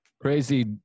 crazy